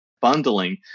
bundling